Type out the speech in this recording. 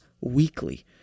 weekly